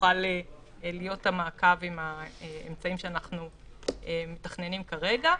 שיוכל להיות מעקב עם האמצעים שאנחנו מתכננים כרגע.